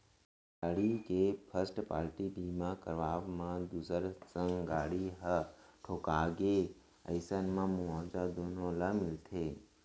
गाड़ी के first party बीमा करवाब म दूसर संग गाड़ी ह ठोंका गे अइसन म मुवाजा दुनो ल मिलथे